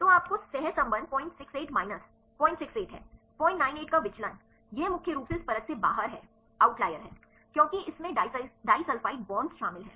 तो आपको सहसंबंध 068 माइनस 068 है 098 का विचलन यह मुख्य रूप से इस परत से बाहर है क्योंकि इसमें डाइसल्फ़ाइड बॉन्ड शामिल हैं